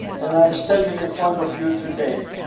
and i'm standing in front of you today,